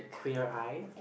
Queer Eye